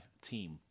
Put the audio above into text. team